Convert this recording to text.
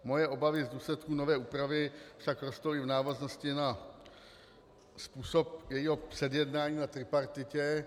Moje obavy z důsledků nové úpravy však rostou i v návaznosti na způsob jejího předjednání na tripartitě.